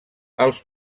els